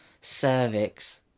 Cervix